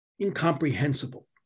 incomprehensible